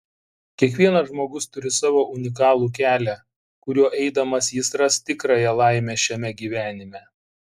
kiekvienas žmogus turi savo unikalų kelią kuriuo eidamas jis ras tikrąją laimę šiame gyvenime